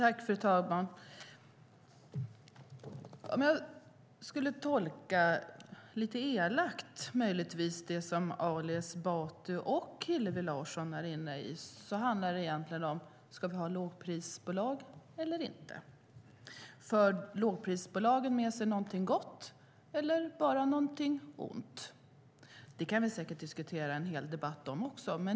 Fru talman! Om jag ska tolka det som Ali Esbati och Hillevi Larsson är inne på, möjligtvis lite elakt, handlar det egentligen om huruvida vi ska ha lågprisbolag eller inte. För lågprisbolagen med sig någonting gott, eller är de bara någonting ont? Det kan vi säkert föra en hel debatt om.